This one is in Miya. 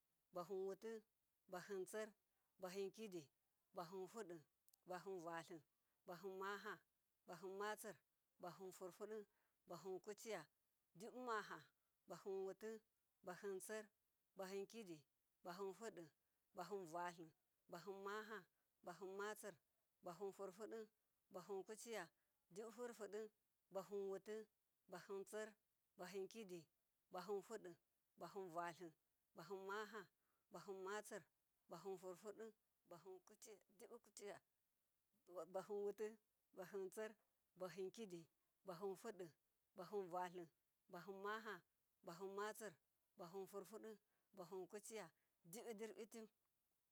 Bahin wuti, bahinsir bahin, kidi bahin hudi, bahin vatli, bahin maha, bahin masir, bahinhurdi, bahin kuciya dibimaha bahin wuti, hahin sir, bahin kidi, bahin hudi, bahin vatli, bahin maha mahin masir bahin, hurhudi bahinkiciya, dibihurhudi, bahi wuti bahinsir, bahin kiti, bahin hudi, bahin vatli, bahin maha, bahin masir, bahin hurhudi bahin kuciya dibihuciya, bahin wuti, bahinsir, bahin kidi, bahin hudi, bahin vatli bahinmaha, bahin masir bahin hurhudi, buhinkuciya, dibidirbiti.